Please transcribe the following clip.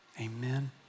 amen